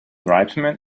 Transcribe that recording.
tribesmen